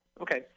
Okay